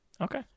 Okay